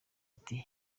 ati